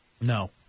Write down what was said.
No